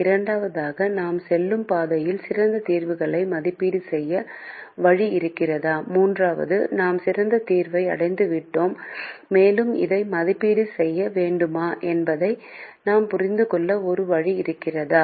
இரண்டாவதாக நாம் செல்லும் பாதையில் சிறந்த தீர்வுகளை மதிப்பீடு செய்ய வழி இருக்கிறதா மூன்றாவது நாம் சிறந்த தீர்வை அடைந்துவிட்டோம் மேலும் இனி மதிப்பீடு செய்ய வேண்டாமா என்பதை நாம் புரிந்துகொள்ள ஒரு வழி இருக்கிறதா